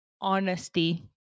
honesty